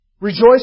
Rejoice